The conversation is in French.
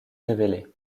révélée